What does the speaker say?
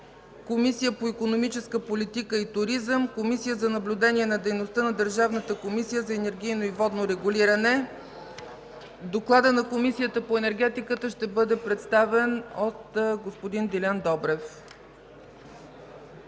Комисията по икономическа политика и туризъм, Комисията за наблюдение на дейността на Държавната комисия за енергийно и водно регулиране. Докладът на Комисията по енергетиката ще бъде представен от господин Делян Добрев.